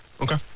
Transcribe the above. Okay